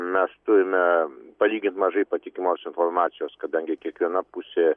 mes turime palygint mažai patikimos informacijos kadangi kiekviena pusė